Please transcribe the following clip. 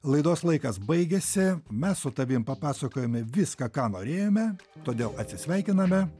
laidos laikas baigėsi mes su tavim papasakojome viską ką norėjome todėl atsisveikiname